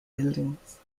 buildings